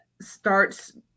starts